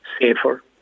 safer